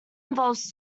involves